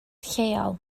lleol